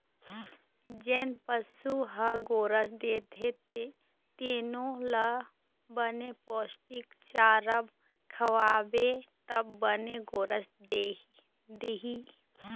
जेन पशु ह गोरस देथे तेनो ल बने पोस्टिक चारा खवाबे त बने गोरस दिही